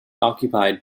occupied